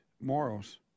morals